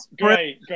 great